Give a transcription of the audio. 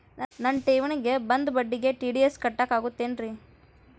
ನನ್ನ ಠೇವಣಿಗೆ ಬಂದ ಬಡ್ಡಿಗೆ ಟಿ.ಡಿ.ಎಸ್ ಕಟ್ಟಾಗುತ್ತೇನ್ರೇ?